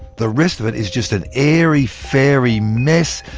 the rest of it is just an airy fairy mess,